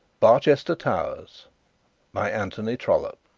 barchester towers by anthony trollope